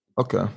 Okay